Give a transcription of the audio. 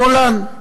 שמאלן.